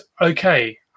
Okay